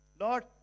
Lord